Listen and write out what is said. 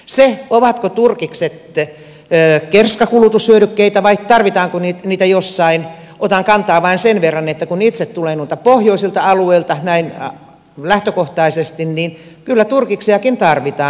siihen ovatko turkikset kerskakulutushyödykkeitä vai tarvitaanko niitä jossain otan kantaa vain sen verran että kun itse tulen noilta pohjoisilta alueilta näin lähtökohtaisesti niin kyllä turkiksiakin tarvitaan